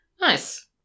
Nice